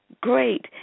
great